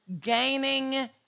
gaining